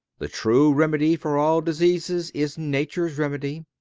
the true remedy for all diseases is nature's remedy.